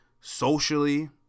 socially